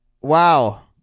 Wow